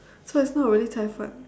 so it's not really cai-fan